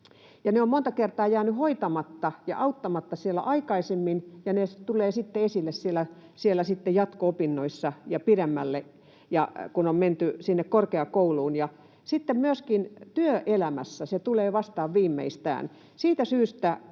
ne ovat monta kertaa jääneet hoitamatta ja auttamatta aikaisemmin, ja ne tulevat esille sitten jatko-opinnoissa ja pidemmällä, kun on menty korkeakouluun. Sitten myöskin työelämässä se tulee vastaan viimeistään.